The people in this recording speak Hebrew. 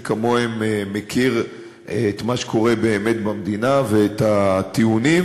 מי כמוהם מכיר את מה שקורה באמת במדינה ואת הטיעונים,